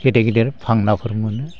गेदेर गेदेर फांनाफोर मोनो